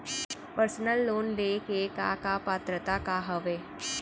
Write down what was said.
Personal loan ले के का का पात्रता का हवय?